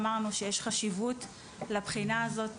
אמרנו שיש חשיבות לבחינה הזאת